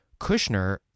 Kushner